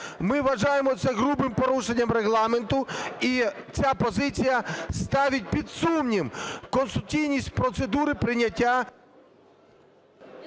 Ми вважаємо це грубим порушенням Регламенту, і ця позиція ставить під сумнів конституційність процедури прийняття…